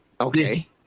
Okay